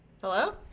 Hello